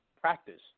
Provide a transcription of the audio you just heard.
practice